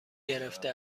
گرفته